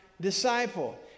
disciple